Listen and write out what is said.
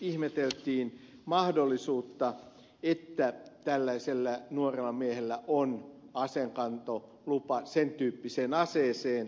ihmeteltiin mahdollisuutta että tällaisella nuorella miehellä on aseenkantolupa sen tyyppiseen aseeseen